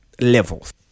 levels